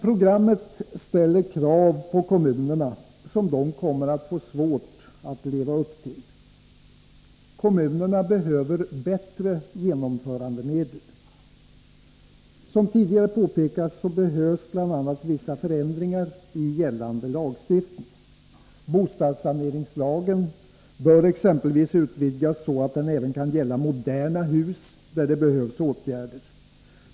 Programmet ställer krav på kommunerna som de kommer att få svårt att leva upp till. Kommunerna behöver bättre genomförandemedel. Som tidigare påpekats behövs bl.a. vissa förändringar i gällande lagstiftning. Bostadssaneringslagen bör exempelvis utvidgas, så att den även kan gälla moderna hus där det behövs åtgärder.